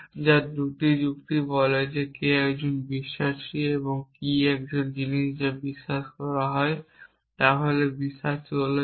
যা 2 চুক্তি বলে যে কে একজন বিশ্বাসী এবং কি জিনিস যা বিশ্বাস করা হয় তাহলে বিশ্বাসী হল জন